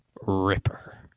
Ripper